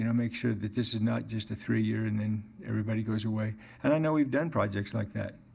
you know make sure that this is not just a three year and then everybody goes away and i know we've done projects like that.